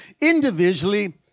individually